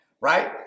right